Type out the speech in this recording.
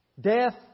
Death